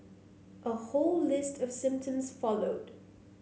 a whole list of symptoms followed